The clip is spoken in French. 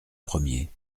premier